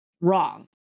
Wrong